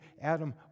Adam